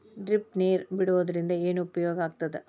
Drip ನೇರ್ ಬಿಡುವುದರಿಂದ ಏನು ಉಪಯೋಗ ಆಗ್ತದ?